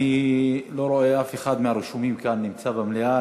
אני לא רואה שאף אחד מהרשומים כאן נמצא במליאה,